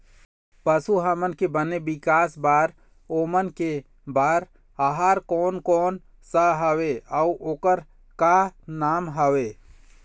पशु हमन के बने विकास बार ओमन के बार आहार कोन कौन सा हवे अऊ ओकर का नाम हवे?